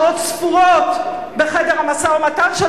כאן אחרי שעות ספורות בחדר המשא-ומתן,